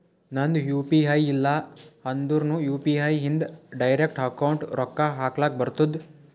ನಂದ್ U P I ಇಲ್ಲ ಅಂದುರ್ನು ಯು.ಪಿ.ಐ ಇಂದ್ ಡೈರೆಕ್ಟ್ ಅಕೌಂಟ್ಗ್ ರೊಕ್ಕಾ ಹಕ್ಲಕ್ ಬರ್ತುದ್